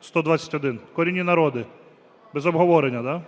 121, корінні народи. Без обговорення, да?